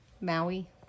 Maui